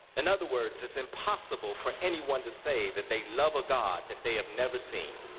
in other words, it's impossible for any one to say that they love of god that they have never seen,